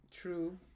True